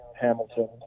Hamilton